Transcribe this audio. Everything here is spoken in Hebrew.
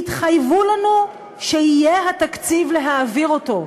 התחייבו לנו שיהיה התקציב להעביר אותו.